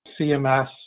CMS